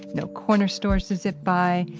no corner stores to zip by,